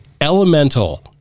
Elemental